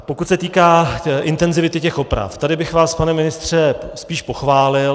Pokud se týká intenzity těch oprav, tady bych vás, pane ministře, spíš pochválil.